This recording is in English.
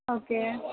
okay